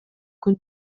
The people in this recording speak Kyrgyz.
күн